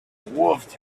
wolfed